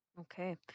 okay